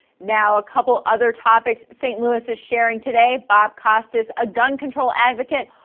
now, a couple other topics st. louis is sharing today. bob costas. a gun control advocate.